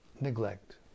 neglect